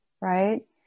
right